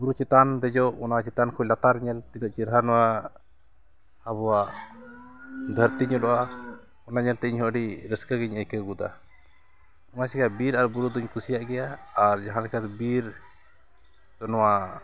ᱵᱩᱨᱩ ᱪᱮᱛᱟᱱ ᱨᱮ ᱫᱮᱡᱚᱜ ᱚᱱᱟ ᱪᱮᱛᱟᱱ ᱠᱷᱚᱱ ᱞᱟᱛᱟᱨ ᱧᱮᱞ ᱛᱤᱱᱟᱹᱜ ᱪᱮᱦᱨᱟ ᱱᱚᱣᱟ ᱟᱵᱚᱣᱟᱜ ᱫᱷᱟᱹᱨᱛᱤ ᱧᱮᱞᱚᱜᱼᱟ ᱚᱱᱟ ᱧᱮᱞ ᱛᱮ ᱤᱧ ᱦᱚᱸ ᱟᱹᱰᱤ ᱨᱟᱹᱥᱠᱟᱹ ᱜᱤᱧ ᱟᱹᱭᱠᱟᱹᱣ ᱜᱚᱫᱟ ᱚᱱᱟ ᱪᱤᱠᱟᱹ ᱵᱤᱨ ᱟᱨ ᱵᱩᱨᱩ ᱫᱚᱧ ᱠᱩᱥᱤᱭᱟᱜ ᱜᱮᱭᱟ ᱟᱨ ᱡᱟᱦᱟᱸ ᱞᱮᱠᱟ ᱫᱚ ᱵᱤᱨ ᱱᱚᱣᱟ